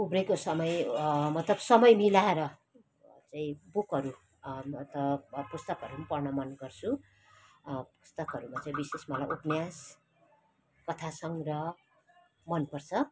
उब्रेको समय मतलब समय मिलाएर चाहिँ बुकहरू त पुस्तकहरू पनि पढन मन गर्छु पुस्तकहरूमा चाहिँ विशेष मलाई उपन्यास कथा सङ्ग्रह मन पर्छ